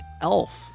Elf